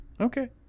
Okay